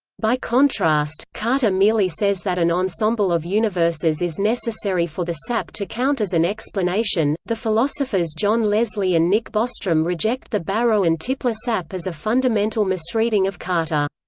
by contrast, carter merely says that an ensemble of universes is necessary for the sap to count as an explanation the philosophers john leslie and nick bostrom reject the barrow and tipler sap as a fundamental misreading of carter.